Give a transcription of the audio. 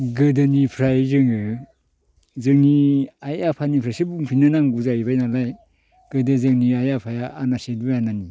गोदोनिफ्राय जोङो जोंनि आइ आफानिफ्रायसो बुंफिननो नांगौ जाहैबाय नालाय गोदो जोंनि आइ आफाया आनासे दुइ आनानि